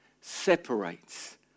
separates